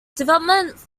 development